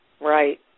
right